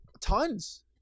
tons